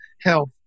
health